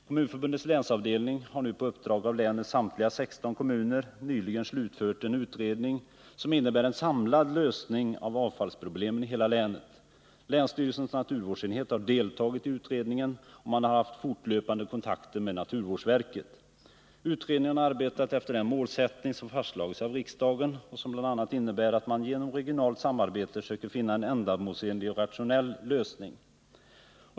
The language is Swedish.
Kommunförbundets länsavdelning har nu på uppdrag av länets samtliga 16 kommuner nyligen slutfört en utredning som innebär en samlad lösning av avfallsproblemen i hela länet. Länsstyrelsens naturvårdsenhet har deltagit i utredningen, och man har haft fortlöpande kontakter med naturvårdsverket. Utredningen har arbetat efter den målsättning som fastslagits av riksdagen och som bl.a. innebär att man genom regionalt samarbete söker finna en ändamålsenlig och rationell lösning.